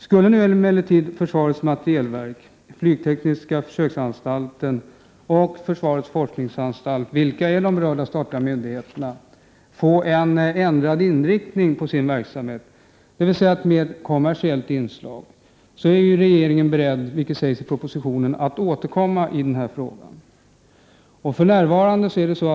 Skulle nu emellertid försvarets materielverk, flygtekniska försöksanstalten och försvarets forskningsanstalt, vilka är de berörda statliga myndigheterna, få en ändrad inriktning på verksamheten, dvs. ett mer kommersiellt inslag, är regeringen beredd att återkomma i frågan, vilket också framgår av propositionen.